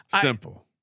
simple